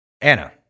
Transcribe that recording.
Anna